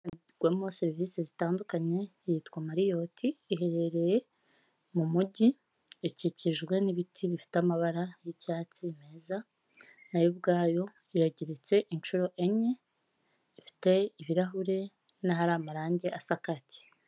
Ikorerwamo serivisi zitandukanye, yitwa marioti iherereye mu mugi ikikijwe, n'ibiti bifite amabara y'icyatsi meza, naayo ubwayo iragereretse inshuro enye, ifite ibirahure n'ahari amarangi asakake.